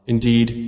Indeed